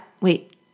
wait